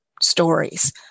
stories